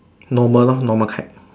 normal lor normal kite